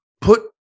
put